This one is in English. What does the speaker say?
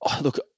Look